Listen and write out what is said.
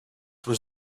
was